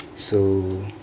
so